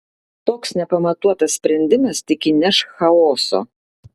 toks nepamatuotas sprendimas tik įneš chaoso